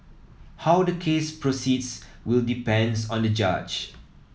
how the case proceeds will depends on the judge